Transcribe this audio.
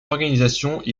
organisations